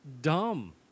dumb